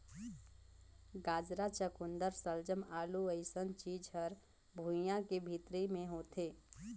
गाजरा, चकुंदर सलजम, आलू अइसन चीज हर भुइंयां के भीतरी मे होथे